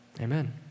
Amen